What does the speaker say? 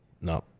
No